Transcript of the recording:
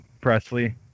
Presley